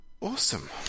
Awesome